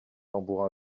tambours